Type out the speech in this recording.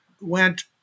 went